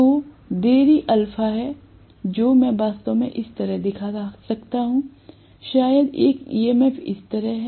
तो देरी α है जो मैं वास्तव में इस तरह से दिखा सकता हूं शायद एक EMF इस तरह है